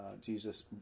Jesus